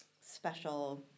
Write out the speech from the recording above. special